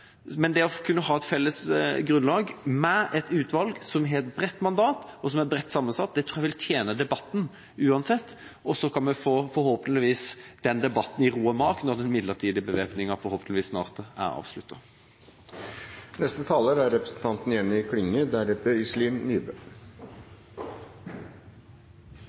Det å kunne få et felles grunnlag med et utvalg som har et bredt mandat, og som er bredt sammensatt, tror jeg uansett vil tjene debatten. Vi kan forhåpentligvis ta den debatten i ro og mak når den midlertidige bevæpninga forhåpentligvis snart er avsluttet. Det er